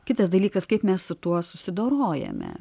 kitas dalykas kaip mes su tuo susidorojame